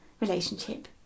relationship